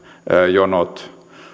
jonot